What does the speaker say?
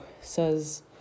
says